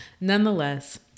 nonetheless